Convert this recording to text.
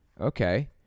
Okay